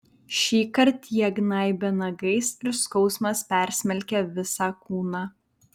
šįkart jie gnaibė nagais ir skausmas persmelkė visą kūną